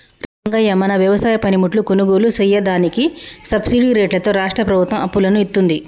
రంగయ్య మన వ్యవసాయ పనిముట్లు కొనుగోలు సెయ్యదానికి సబ్బిడి రేట్లతో రాష్ట్రా ప్రభుత్వం అప్పులను ఇత్తుంది